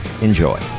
Enjoy